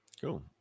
Cool